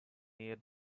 near